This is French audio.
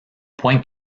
point